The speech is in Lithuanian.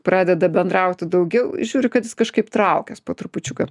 pradeda bendrauti daugiau žiūri kad jis kažkaip traukias po trupučiuką